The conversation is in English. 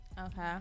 Okay